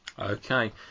Okay